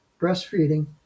breastfeeding